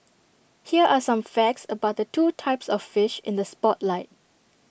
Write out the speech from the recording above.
here are some facts about the two types of fish in the spotlight